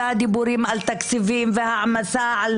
והדיבורים על תקציבים והעמסה על